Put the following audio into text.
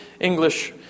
English